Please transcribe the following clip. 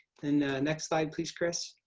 then the next slide please, crys.